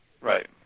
Right